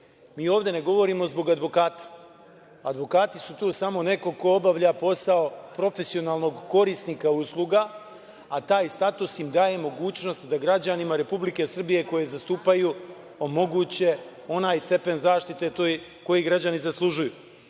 mi ovde ne govorimo zbog advokata, advokati su tu samo neko ko obavlja posao profesionalnog korisnika usluga, a taj status im daje mogućnost da građanima Republike Srbije koje zastupaju omoguće onaj stepen zaštite koji građani zaslužuju. Još